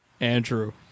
Andrew